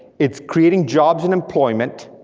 it's creating jobs and employment,